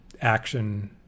action